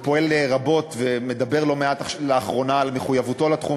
והוא פועל רבות ומדבר לא מעט לאחרונה על מחויבותו לתחום,